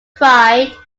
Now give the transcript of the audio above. cried